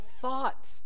thought